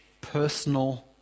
personal